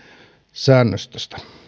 säännöstä